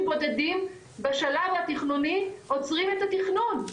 בודדים בשלב התכנוני עוצרים את התכנון,